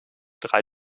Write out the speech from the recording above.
drei